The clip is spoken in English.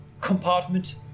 compartment